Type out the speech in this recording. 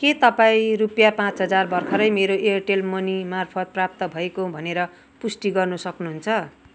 के तपाईँ रुपियाँ पाँच हजार भर्खरै मेरो एयरटेल मनी मार्फत् प्राप्त भएको भनेर पुष्टि गर्न सक्नुहुन्छ